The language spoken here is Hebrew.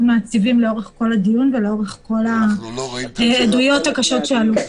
מעציבים לאורך כל הדיון ולאורך כל העדויות הקשות שעלו.